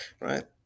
right